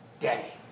Daddy